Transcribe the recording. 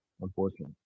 unfortunately